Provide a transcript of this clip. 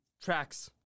tracks